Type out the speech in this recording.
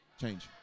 change